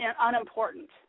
unimportant